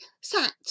sat